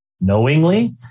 Knowingly